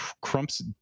crump's